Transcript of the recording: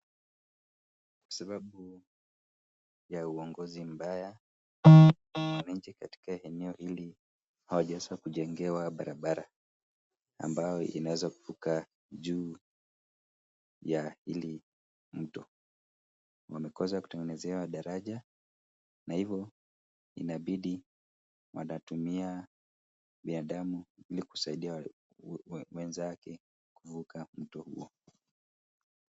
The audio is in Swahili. Sababu ya uongozi mbaya, wananchi katika eneo hili hawajaweza kujengewa barabara ambayo inaweza kuvuka juu ya hili mto. Wamekosa kutengenezewa daraja na hivyo inabidi wanatumia binadamu ili kusaidia wenzake kuvuka mto huo.